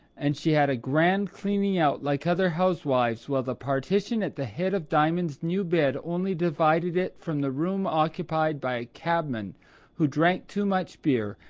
and she had a grand cleaning out like other housewives while the partition at the head of diamond's new bed only divided it from the room occupied by a cabman who drank too much beer,